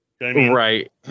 Right